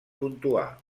puntuar